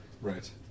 Right